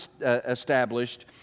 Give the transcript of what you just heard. established